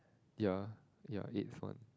ya ya eighth one